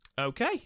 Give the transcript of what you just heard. Okay